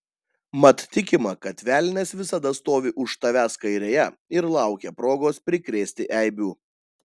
mat tikima kad velnias visada stovi už tavęs kairėje ir laukia progos prikrėsti eibių